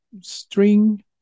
string